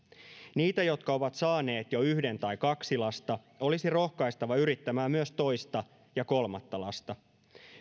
niitä jotka ovat saaneet jo yhden tai kaksi lasta olisi rohkaistava yrittämään myös toista ja kolmatta lasta